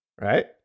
Right